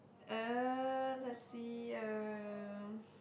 uh let's see uh